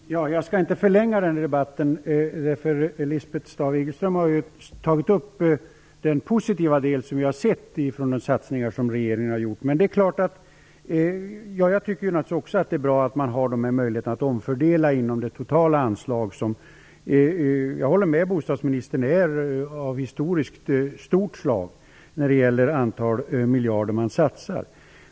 Fru talman! Jag skall inte förlänga denna debatt. Lisbeth Staaf-Igelström har nämnt det positiva med de satsningar som regeringen har gjort, och även jag tycker naturligtvis att det är bra att man har möjlighet att omfördela inom det totala anslaget, vilket, som bostadsministern säger, är av historiskt stor omfattning vad avser antalet satsade miljarder.